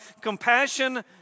compassion